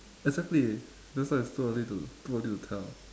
exactly that's why it's too early to too early to tell